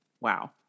wow